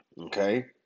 Okay